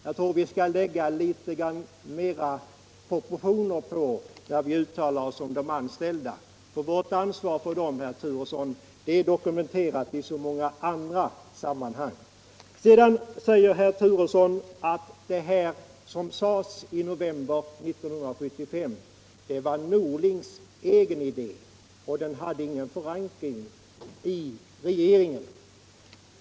Jag tror att vi måste försöka få litet bättre proportioner i våra uttalanden beträffande de anställda. Vårt ansvar för dem, Bo Turesson, är dokumenterat i så många andra sammanhang. Sedan menar kommunikationsministern att vad som sades i november 1975 var Bengt Norlings egen idé och att den inte hade någon förankring hos regeringen.